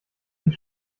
dich